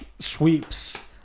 sweeps